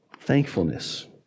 thankfulness